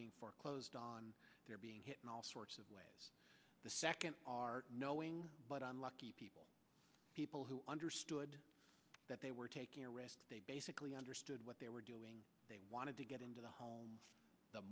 being foreclosed on they're being hit in all sorts of ways the second are knowing but i'm lucky people people who understood that they were taking a rest they basically understood what they were doing they wanted to get into the home the